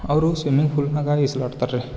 ಅವರು ಸ್ವಿಮಿಂಗ್ ಫೂಲ್ನಾಗ ಈಜಾಡ್ತರ್ ರೀ